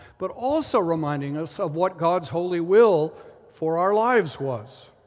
but also reminding us of what god's holy will for our lives was.